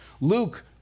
Luke